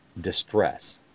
distress